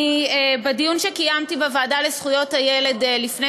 בדיון שקיימתי בוועדה לזכויות הילד לפני